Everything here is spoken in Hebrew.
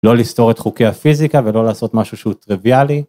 לא לסתור את חוקי הפיזיקה ולא לעשות משהו שהוא טריוויאלי.